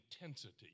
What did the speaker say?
intensity